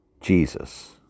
Jesus